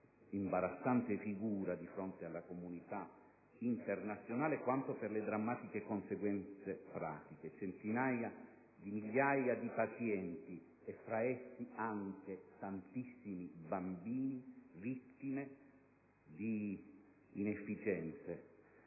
l'imbarazzante figura di fronte alla comunità internazionale, quanto per le drammatiche conseguenze pratiche: centinaia di migliaia di pazienti - e fra essi anche tantissimi bambini - vittime di inefficienze.